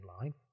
line